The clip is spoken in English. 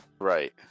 Right